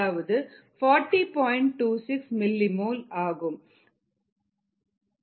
26 mM ஆகும்